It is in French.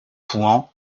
fouan